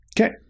Okay